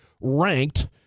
ranked